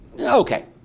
Okay